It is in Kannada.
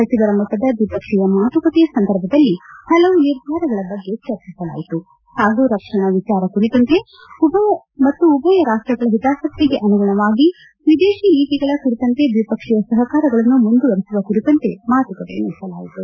ಸಚಿವರ ಮಟ್ಟದ ದ್ವಿಪಕ್ಷೀಯ ಮಾತುಕತೆ ಸಂದರ್ಭದಲ್ಲಿ ಹಲವು ನಿರ್ಧಾರಗಳ ಬಗ್ಗೆ ಚರ್ಚಿಸಲಾಯಿತು ಹಾಗೂ ರಕ್ಷಣಾ ವಿಚಾರ ಕುರಿತಂತೆ ಮತ್ತು ಉಭಯ ರಾಷ್ಷಗಳ ಹಿತಾಸಕ್ತಿಗೆ ಅನುಗುಣವಾಗಿ ವಿದೇಶಿ ನೀತಿಗಳ ಕುರಿತಂತೆ ದ್ವಿಪಕ್ಷೀಯ ಸಹಕಾರಗಳನ್ನು ಮುಂದುವರಿಸುವ ಕುರಿತಂತೆ ಮಾತುಕತೆ ನಡೆಸಲಾಯಿತು